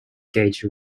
gauge